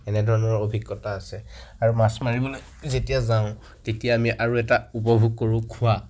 এনেধৰণৰ অভিজ্ঞতা আছে আৰু মাছ মাৰিবলৈ যেতিয়া যাওঁ তেতিয়া আমি আৰু এটা উপভোগ কৰো খোৱা